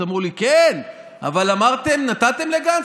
אמרו לי: כן, אבל נתתם לגנץ.